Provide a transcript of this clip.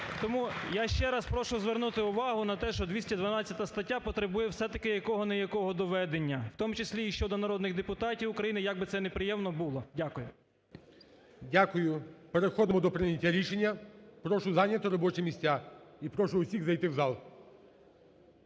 Тому я ще раз прошу звернути увагу на те, що 212 стаття потребує все-таки якого не якого доведення, в тому числі і щодо народних депутатів України, як би це неприємно було. Дякую. ГОЛОВУЮЧИЙ. Дякую. Переходимо до прийняття рішення. Прошу зайняти робочі місця. І прошу всіх зайти в зал.